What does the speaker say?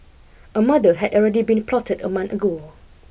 a murder had already been plotted a month ago